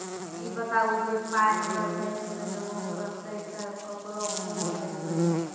ई बताऊ जे पाय हमर बैंक मे जमा रहतै तऽ ककरो कूना भेजबै?